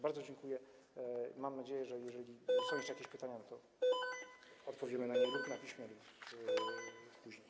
Bardzo dziękuję i mam nadzieję, że jeżeli są jeszcze jakieś pytania, to odpowiemy na nie na piśmie lub później.